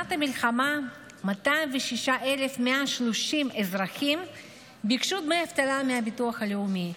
מתחילת המלחמה 206,130 אזרחים ביקשו דמי אבטלה מהביטוח הלאומי.